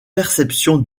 perception